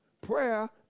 Prayer